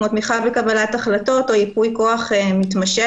כמו תמיכה בקבלת החלטות או ייפוי כוח מתמשך.